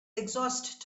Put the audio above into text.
exhaust